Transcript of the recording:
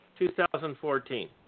2014